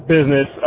business